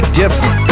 different